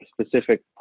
specific